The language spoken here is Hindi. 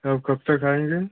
आप कब तक आएँगे